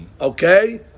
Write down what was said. Okay